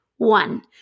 One